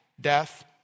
death